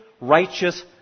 righteous